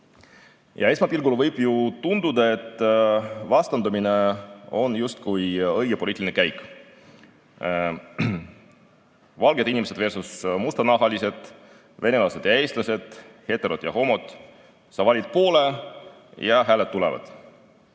Esmapilgul võib ju tunduda, et vastandumine on justkui õige poliitiline käik: valged inimesedvs.mustanahalised, venelasedvs.eestlased, heterodvs.homod – sa valid poole ja hääled tulevad.